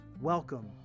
Welcome